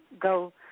go